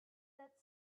that